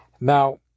Now